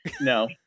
no